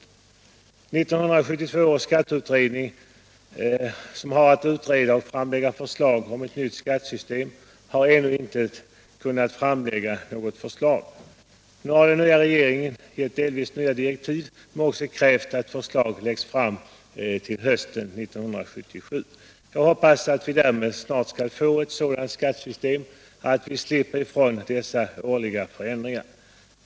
1972 års skatteutredning, som har att utreda och framlägga förslag om ett nytt skattesystem, har ännu inte kunnat framlägga något förslag. Nu har den nya regeringen gett delvis nya direktiv. Den har också krävt att förslag läggs fram till hösten 1977. Jag hoppas att vi därmed snart skall få ett sådant skattesystem att vi slipper ifrån dessa årliga förändringar.